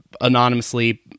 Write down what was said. anonymously